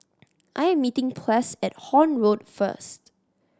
I'm meeting Ples at Horne Road first